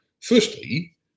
firstly